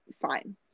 Fine